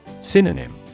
Synonym